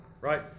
Right